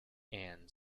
and